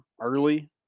early